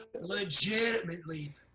legitimately